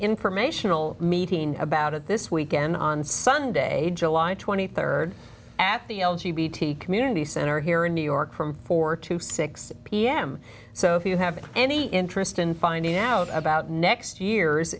informational meeting about it this weekend on sunday july rd at the l g b t community center here in new york from four to six pm so if you have any interest in finding out about next year's